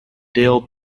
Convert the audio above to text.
dale